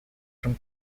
from